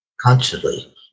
constantly